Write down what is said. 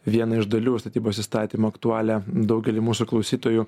vieną iš dalių statybos įstatymą aktualią daugeliui mūsų klausytojų